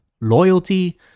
loyalty